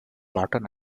barton